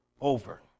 over